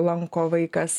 lanko vaikas